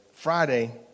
Friday